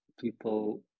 people